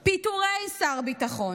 פיטורי שר הביטחון,